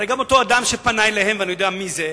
הרי גם אותו אדם שפנה אליהם, ואני יודע מי זה,